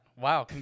Wow